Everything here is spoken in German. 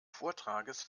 vortrages